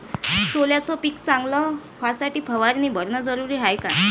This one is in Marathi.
सोल्याचं पिक चांगलं व्हासाठी फवारणी भरनं जरुरी हाये का?